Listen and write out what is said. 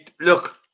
Look